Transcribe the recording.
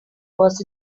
was